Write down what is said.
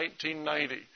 1990